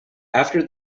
after